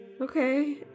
Okay